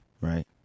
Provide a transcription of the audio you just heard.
Right